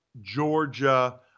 Georgia